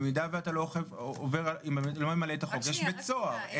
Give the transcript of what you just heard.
במידה ואתה לא ממלא את החוק יש בית סוהר.